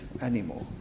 anymore